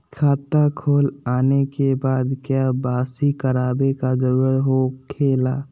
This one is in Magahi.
खाता खोल आने के बाद क्या बासी करावे का जरूरी हो खेला?